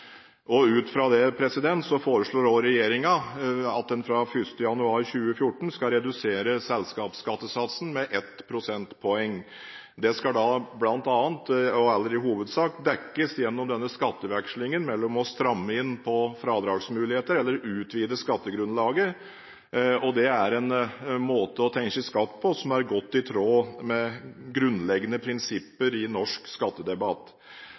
skattesatser. Ut fra dette foreslår regjeringen at en fra 1. januar 2014 skal redusere selskapsskattesatsen med 1 prosentpoeng. Dette skal da bl.a. – og i all hovedsak – dekkes gjennom denne skattevekslingen mellom å stramme inn på fradragsmuligheter og å utvide skattegrunnlaget. Dette er en måte å tenke skatt på som er godt i tråd med grunnleggende prinsipper i norsk skattedebatt.